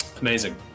amazing